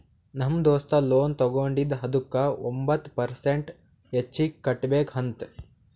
ನಮ್ ದೋಸ್ತ ಲೋನ್ ತಗೊಂಡಿದ ಅದುಕ್ಕ ಒಂಬತ್ ಪರ್ಸೆಂಟ್ ಹೆಚ್ಚಿಗ್ ಕಟ್ಬೇಕ್ ಅಂತ್